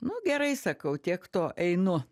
nu gerai sakau tiek to einu